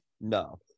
No